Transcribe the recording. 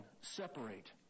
separate